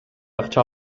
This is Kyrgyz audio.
акча